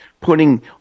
putting